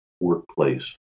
workplace